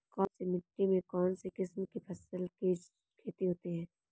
कौनसी मिट्टी में कौनसी किस्म की फसल की खेती होती है?